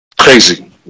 crazy